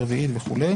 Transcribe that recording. רביעית וכו'.